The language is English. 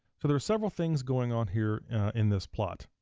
so there's several things going on here in this plot.